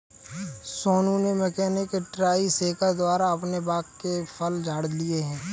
सोनू ने mechanical tree shaker द्वारा अपने बाग के फल झाड़ लिए है